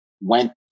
went